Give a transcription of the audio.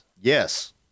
Yes